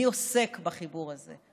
מי עוסק בחיבור הזה?